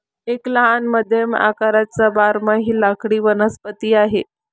एक लहान मध्यम आकाराचा बारमाही लाकडी वनस्पती आहे